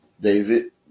David